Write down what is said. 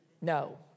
no